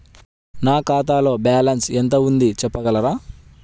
నా ఖాతాలో బ్యాలన్స్ ఎంత ఉంది చెప్పగలరా?